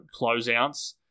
closeouts